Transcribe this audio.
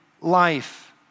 life